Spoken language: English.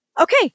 Okay